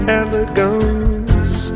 elegance